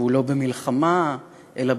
והוא לא במלחמה אלא,